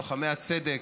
לוחמי הצדק,